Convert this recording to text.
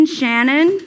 Shannon